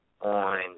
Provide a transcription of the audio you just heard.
on